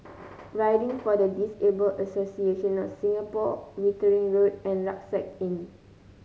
Riding for the Disabled Association of Singapore Wittering Road and Rucksack Inn